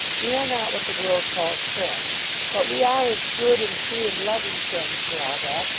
we are not what the world calls friends but we are as good and true and loving friends for all that,